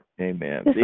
Amen